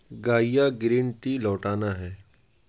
گائیا green tea لوٹانا ہے